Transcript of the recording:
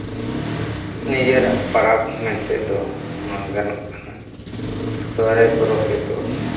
ᱱᱤᱡᱮᱨᱟᱜ ᱯᱚᱨᱚᱵᱽ ᱢᱮᱱᱛᱮᱫᱚ ᱢᱮᱱ ᱜᱟᱱᱚᱜ ᱠᱟᱱᱟ ᱥᱚᱦᱨᱟᱭ ᱯᱚᱨᱚᱵᱽ ᱨᱮᱫᱚ